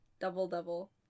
Double-double